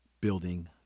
building